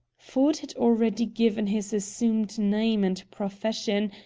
ford had already given his assumed name and profession,